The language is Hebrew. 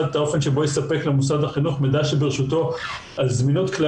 את האופן שבו יספק למוסד חינוך מידע שברשותו על זמינות כלי